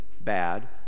bad